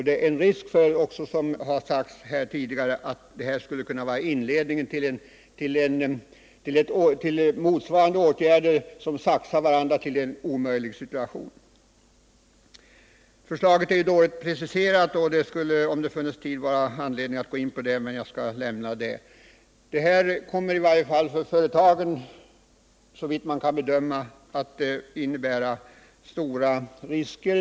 Det är också, som sagts här tidigare, så att det här skulle kunna vara inledningen till motsvarande åtgärder som saxar varandra, så att det till sist uppstår en omöjlig situation. Förslaget är dåligt preciserat, och det skulle, om det funnes tid, vara anledning att gå in på det, men jag skall inte göra detta. Det här kommer i varje fall för företagen, såvitt man kan bedöma, att innebära stora risker.